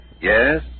Yes